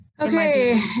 Okay